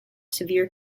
severe